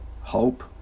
hope